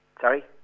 Sorry